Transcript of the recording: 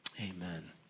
amen